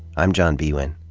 i'm john biewen.